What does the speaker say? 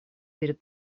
перед